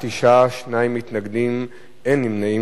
בעד 9, שניים מתנגדים, אין מתנגדים.